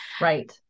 right